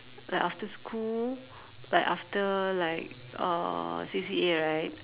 like after school like after like uh C_C_A right